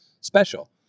special